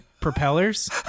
propellers